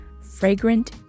fragrant